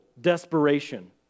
desperation